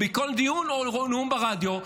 בכל דיון או נאום ברדיו,